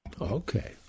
Okay